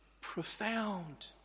profound